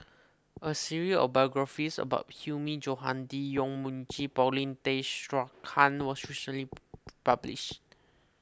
a series of biographies about Hilmi Johandi Yong Mun Chee and Paulin Tay Straughan was published